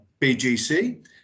BGC